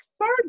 third